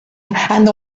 and